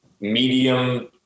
medium